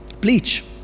bleach